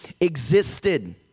existed